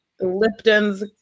Lipton's